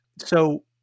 So-